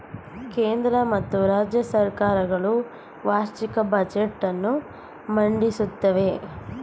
ಕೇಂದ್ರ ಮತ್ತು ರಾಜ್ಯ ಸರ್ಕಾರ ಗಳು ವಾರ್ಷಿಕ ಬಜೆಟ್ ಅನ್ನು ಮಂಡಿಸುತ್ತವೆ